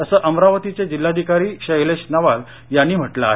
असं अमरावतीचे जिल्हाधिकारी शैलेश नवाल यांनी म्हटलं आहे